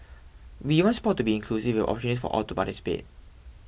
we want sport to be inclusive with opportunities for all to participate